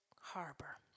Harbor